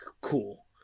cool